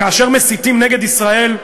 כאשר מסיתים נגד ישראל,